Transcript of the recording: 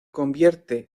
convierte